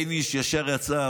בייניש ישר יצאה,